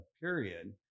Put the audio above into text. period